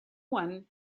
one